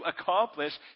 accomplish